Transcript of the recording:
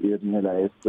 ir neleis